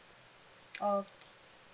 okay